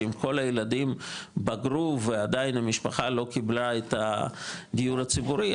שאם כל הילדים בגרו ועדיין המשפחה לא קיבלה את הדיור הציבורי,